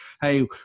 Hey